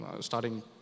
starting